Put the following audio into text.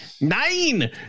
Nine